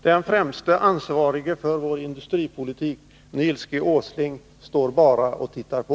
Den främste ansvarige för vår industripolitik — Nils G. Åsling — står bara och tittar på.